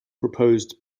proposed